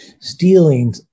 stealing